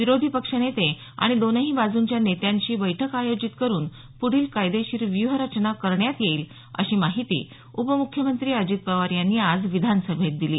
विरोधी पक्षनेते आणि दोन्ही बाजूंच्या नेत्यांशी बैठक आयोजित करुन पुढील कायदेशीर व्यूह रचना करण्यात येईल अशी माहिती उपमुख्यमंत्री अजित पवार यांनी आज विधानसभेत दिली